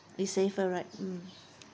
it's safer right hmm